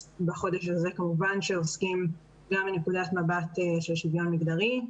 כמובן שבחודש הזה עוסקים גם מנקודת מבט של שוויון מגדרי.